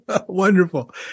Wonderful